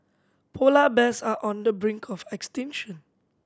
polar bears are on the brink of extinction